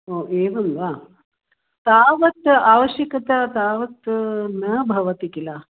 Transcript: ओ एवं वा तावत् आवश्यकता तावत् न भवति किल